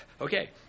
Okay